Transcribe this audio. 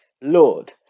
Lord